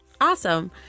Awesome